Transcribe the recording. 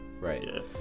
Right